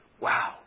wow